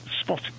spot